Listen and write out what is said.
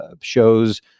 shows